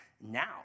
now